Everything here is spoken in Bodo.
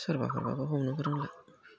सोरबाफोर हरब्लाबो हमनोबो रोंला